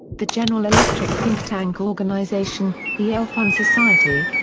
the general electric think tank organization, the elfun society,